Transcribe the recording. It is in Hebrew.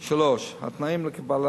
3. התנאים לקבלה